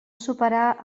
superar